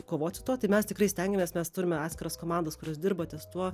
kovot su tuo tai mes tikrai stengiamės mes turime atskiras komandas kurios dirba ties tuo